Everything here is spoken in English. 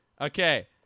Okay